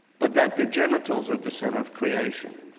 but that the genitals are the center of creation.